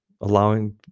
allowing